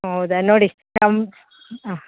ಹೌದ ನೋಡಿ ಕಂ ಆಂ